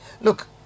look